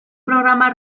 programa